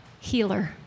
healer